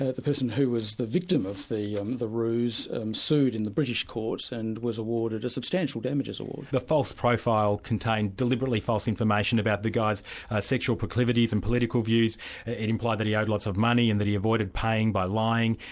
ah the person who was the victim of the um the ruse sued in the british courts and was awarded a substantial damages award. the false profile contained deliberately false information about the guy's sexual proclivities and political views it implied that he owed lots of money and that he avoided paying by lying,